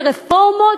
לרפורמות,